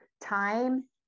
time